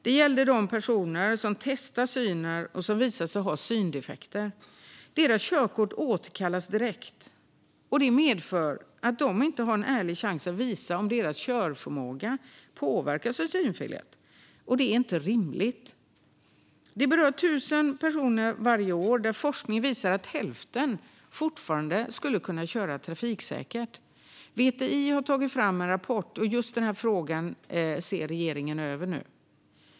Det gäller de personer som testar synen och som visar sig har syndefekter. Deras körkort återkallas direkt. Det medför att de inte har en ärlig chans att visa om deras körförmåga påverkas av synfelet. Det är inte rimligt. Det berör 1 000 personer varje år, där forskning visar att hälften fortfarande skulle kunna köra trafiksäkert. VTI har tagit fram en rapport, och regeringen ser just nu över frågan. Fru talman!